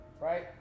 right